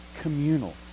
communal